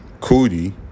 cootie